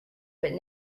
but